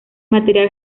material